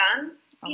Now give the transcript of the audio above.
guns